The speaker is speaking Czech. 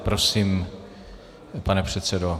Prosím, pane předsedo.